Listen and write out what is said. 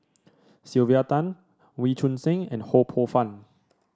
Sylvia Tan Wee Choon Seng and Ho Poh Fun